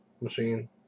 Machine